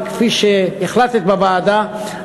כפי שהחלטת בוועדה,